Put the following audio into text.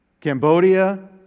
Cambodia